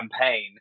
campaign